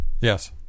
Yes